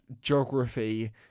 geography